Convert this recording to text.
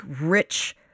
rich